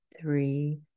three